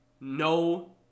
no